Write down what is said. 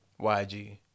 YG